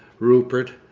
rupert,